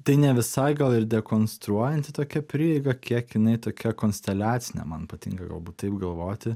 tai ne visai gal ir dekonstruojanti tokia prieiga kiek jinai tokia konsteliaciniam man patinka galbūt taip galvoti